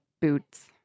boots